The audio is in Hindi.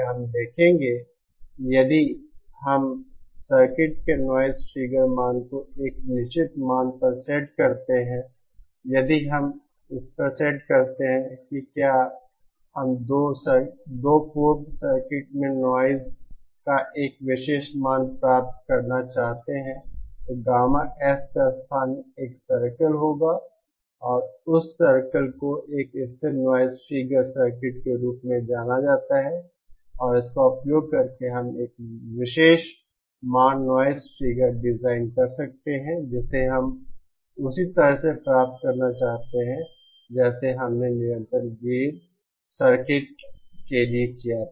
हम देखेंगे कि यदि हम सर्किट के नॉइज़ फिगर मान को एक निश्चित मान पर सेट करते हैं यदि हम सेट करते हैं कि क्या हम 2 पोर्ट सर्किट में नॉइज़ का एक विशेष मान प्राप्त करना चाहते हैं तो गामा S का स्थान एक सर्कल होगा और उस सर्कल को एक स्थिर नॉइज़ फिगर सर्किट के रूप में जाना जाता है और इसका उपयोग करके हम एक विशेष मान नॉइज़ फिगर डिजाइन कर सकते हैं जिसे हम उसी तरह से प्राप्त करना चाहते हैं जैसे हमने निरंतर गेन सर्किट के लिए किया था